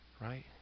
Right